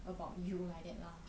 about you like that lah